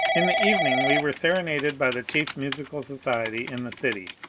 in the evening we were serenaded by the chief musical society in the city.